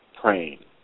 praying